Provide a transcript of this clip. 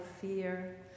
fear